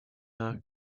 now